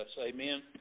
amen